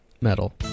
Metal